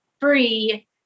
free